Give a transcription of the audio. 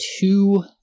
two